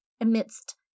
amidst